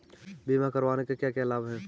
बीमा करवाने के क्या क्या लाभ हैं?